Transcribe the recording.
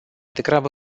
degrabă